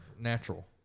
natural